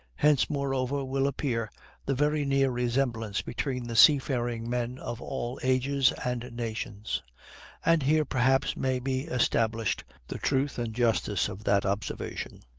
hence, moreover, will appear the very near resemblance between the sea-faring men of all ages and nations and here perhaps may be established the truth and justice of that observation,